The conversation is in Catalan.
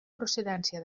procedència